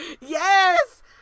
Yes